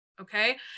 okay